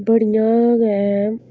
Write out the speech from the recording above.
बड़ियां गै